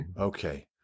Okay